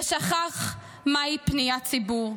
ושכח מהי פניית ציבור.